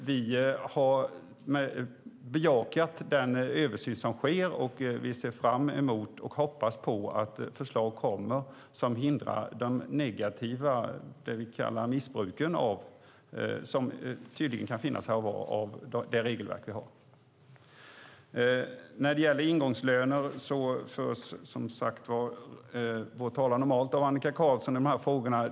Vi har bejakat den översyn som sker och ser fram emot och hoppas att förslag kommer som hindrar det vi kallar missbruk, som tydligen kan finnas här och var av det regelverk som vi har. När det gäller ingångslöner förs vår talan normalt av Annika Qarlsson.